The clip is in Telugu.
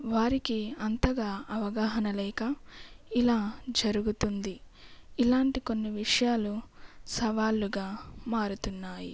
వారికి అంతగా అవగాహన లేక ఇలా జరుగుతుంది ఇలాంటి కొన్ని విషయాలు సవాళ్ళుగా మారుతున్నాయి